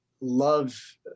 love